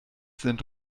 sind